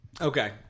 Okay